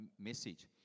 message